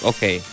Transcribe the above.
Okay